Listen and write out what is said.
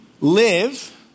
live